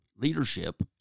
Leadership